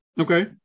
Okay